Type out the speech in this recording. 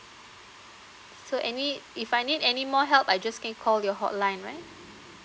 so any if I need any more help I just can call your hotline right